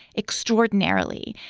extraordinarily,